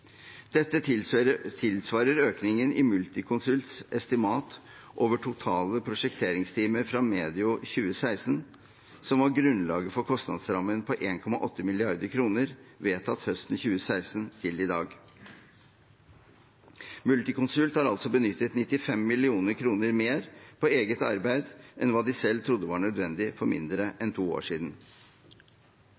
tilsvarer økningen i Multiconsults estimat over totale prosjekteringstimer fra medio 2016 – som var grunnlaget for kostnadsrammen på 1,8 mrd. kr, vedtatt høsten 2016 – til i dag. Multiconsult har altså benyttet 95 mill. kr mer på eget arbeid enn hva de selv trodde var nødvendig for mindre